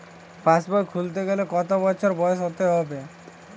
পাশবই খুলতে গেলে কত বছর বয়স হতে হবে?